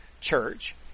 church